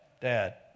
dad